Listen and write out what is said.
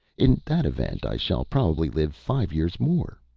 in that event i shall probably live five years more,